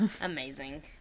Amazing